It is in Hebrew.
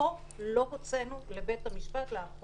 ואני מעריך שכן, ואני מעריך שנוכל להגיע להבנות